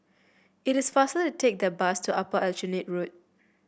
it is faster to take the bus to Upper Aljunied Road